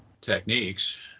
techniques